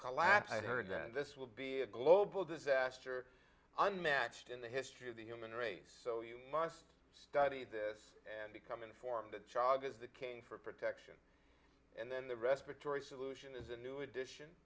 collapse i've heard that this will be a global disaster unmatched in the history of the human race so you must study this and become informed that child is the king for protection and then the respiratory solution is a new addition